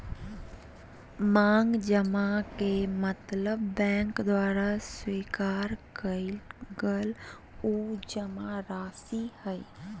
मांग जमा के मतलब बैंक द्वारा स्वीकार कइल गल उ जमाराशि हइ